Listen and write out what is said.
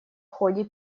ходе